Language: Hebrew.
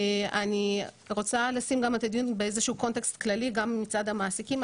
אני רוצה לשים גם את הדיון באיזה שהוא קונטקסט כללי גם מצד המעסיקים.